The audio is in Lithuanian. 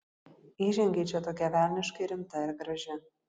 įžengei čia tokia velniškai rimta ir graži